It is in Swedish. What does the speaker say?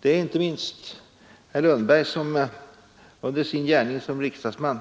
Det är inte minst herr Lundberg som under sin gärning som riksdagsman